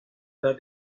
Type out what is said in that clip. that